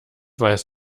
weiß